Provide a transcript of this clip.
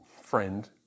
friend